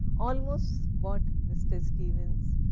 almost what mr. stevens